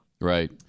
Right